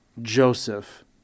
joseph